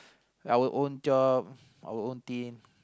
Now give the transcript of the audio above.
our own job our own team